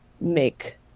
make